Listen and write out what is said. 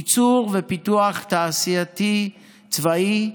ייצור ופיתוח תעשייתי צבאי,